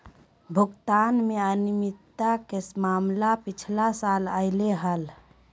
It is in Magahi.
भुगतान में अनियमितता के मामला पिछला साल अयले हल